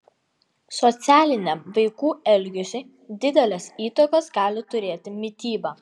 socialiniam vaikų elgesiui didelės įtakos gali turėti mityba